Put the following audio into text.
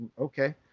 okay